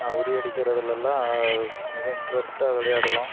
உறியடிக்கிறதில் எல்லாம் மிக இன்ட்ரஸ்ட்டாக விளையாடுவோம்